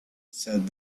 said